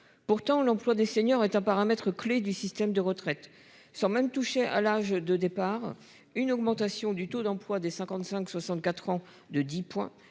Pourtant, l'emploi des seniors est un paramètre clé du système de retraites sans même toucher à l'âge de départ, une augmentation du taux d'emploi des 55 64 ans, de 10